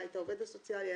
העובד הסוציאלי,